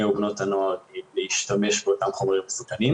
ובנות הנוער להשתמש באותם חומרים מסוכנים.